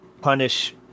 punish